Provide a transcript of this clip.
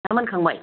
नोंहा मोनखांबाय